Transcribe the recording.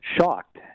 shocked